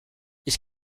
ich